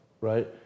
right